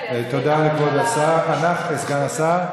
תודה לכבוד סגן השר,